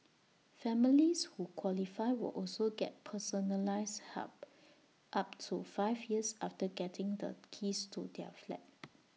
families who qualify will also get personalised help up to five years after getting the keys to their flat